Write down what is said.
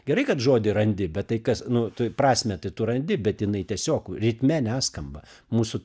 gerai kad žodį randi bet tai kas nu tai prasmę tai tu randi bet jinai tiesiog ritme neskamba mūsų